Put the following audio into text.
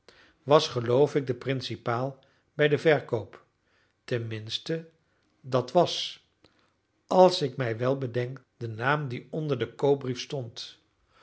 was geloof ik de principaal bij den verkoop tenminste dat was als ik mij wel bedenk de naam die onder den koopbrief stond